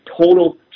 total